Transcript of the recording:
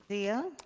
zia.